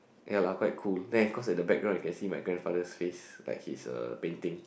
ya lah quite cool then cause at the background you can see my grandfather's face like he's a painting